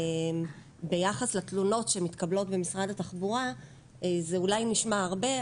ביחס לתלונות שמתקבלות במשרד התחבורה זה אולי נשמע הרבה,